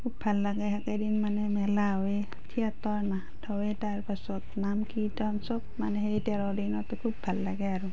খুব ভাল লাগে সেইকেইদিন মানে মেলা হয় থিয়েটাৰ নাট হয় তাৰ পাছত নাম কীৰ্ত্তন সব মানে সেই তেৰ দিনতে খুব ভাল লাগে আৰু